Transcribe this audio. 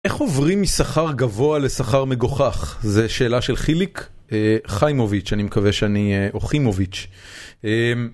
איך עוברים משכר גבוה לשכר מגוחך? זו שאלה של חיליק חיימוביץ', אני מקווה שאני... או חימוביץ'.